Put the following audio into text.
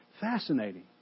fascinating